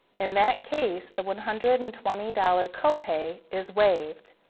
in that case, the one hundred and twenty dollars copay is waived,